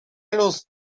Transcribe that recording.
luz